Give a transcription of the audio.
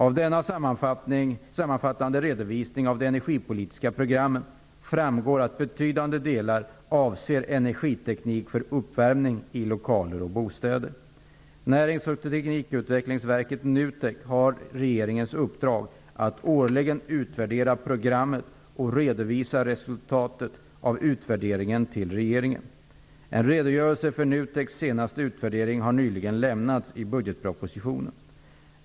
Av denna sammanfattande redovisning av de energipolitiska programmen framgår att betydande delar avser energiteknik för uppvärmning i lokaler och bostäder. Närings och teknikutvecklingsverket, NUTEK, har regeringens uppdrag att årligen utvärdera programmen och redovisa resultatet av utvärderingen till regeringen. En redogörelse för NUTEK:s senaste utvärdering har nyligen lämnats i budgetpropositionen.